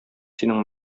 синең